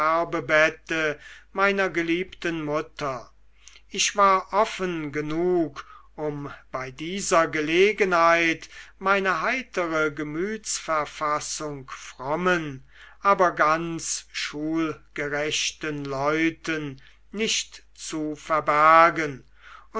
meiner geliebten mutter ich war offen genug um bei dieser gelegenheit meine heitere gemütsverfassung frommen aber ganz schulgerechten leuten nicht zu verbergen